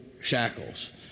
shackles